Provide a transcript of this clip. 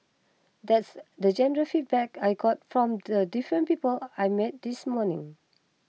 that's the general feedback I got from the different people I met this morning